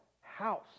house